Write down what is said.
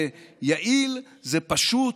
זה יעיל, זה פשוט,